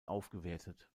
aufgewertet